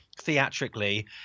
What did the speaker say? theatrically